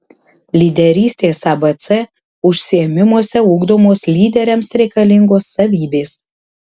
lyderystės abc užsiėmimuose ugdomos lyderiams reikalingos savybės